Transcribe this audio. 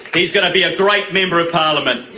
he's going to be a great member of parliament.